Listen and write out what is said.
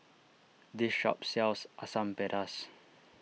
this shop sells Asam Pedas